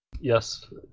yes